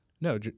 No